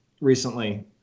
recently